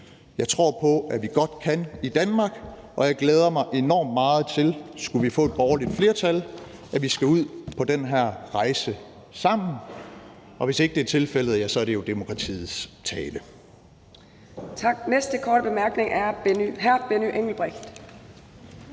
Jeg tror på, at vi godt kan i Danmark, og jeg glæder mig enormt meget til – skulle vi få et borgerligt flertal – at vi skal ud på den her rejse sammen. Og hvis ikke det bliver tilfældet, ja, så er det jo demokratiets tale.